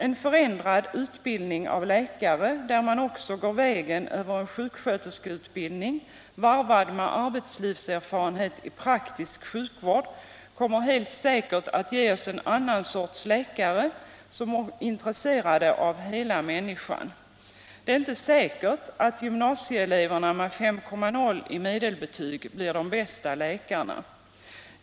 En förändrad utbildning av läkare, där man också går vägen över en sjuksköterskeutbildning varvad med arbetslivserfarenhet i praktisk sjukvård, kommer helt säkert att ge oss en annan sorts läkare, en läkare som är intresserad av hela människan. Det är inte säkert att gymnasieeleverna med 5,0 i medelbetyg blir de bästa läkarna.